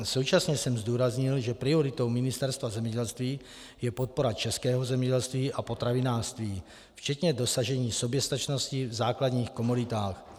Současně jsem zdůraznil, že prioritou Ministerstva zemědělství je podpora českého zemědělství a potravinářství, včetně dosažení soběstačnosti v základních komoditách.